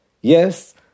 Yes